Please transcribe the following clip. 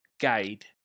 guide